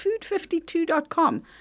food52.com